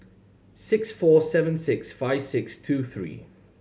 six four seven six five six two three